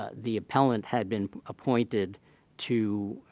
ah the appellant had been appointed to